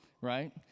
right